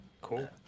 cool